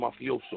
Mafioso